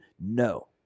No